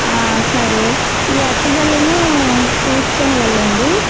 సరే ఈ అరటి గెలను తీసుకునివెళ్ళండి